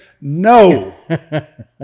No